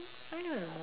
I mean I don't know